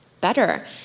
better